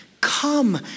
Come